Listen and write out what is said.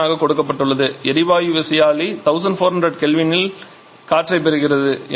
9 ஆக கொடுக்கப்பட்டுள்ளது எரிவாயு விசையாழி 1400 K இல் காற்றைப் பெறுகிறது